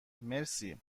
مرسی